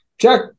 Jack